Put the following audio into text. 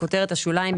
בכותרת השוליים,